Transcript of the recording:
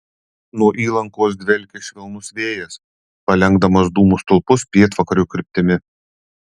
nuo įlankos dvelkė švelnus vėjas palenkdamas dūmų stulpus pietvakarių kryptimi